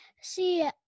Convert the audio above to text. See